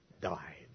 died